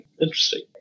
Interesting